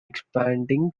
expanding